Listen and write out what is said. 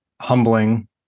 humbling